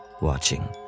Watching